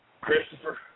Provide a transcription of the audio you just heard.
Christopher